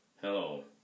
Hello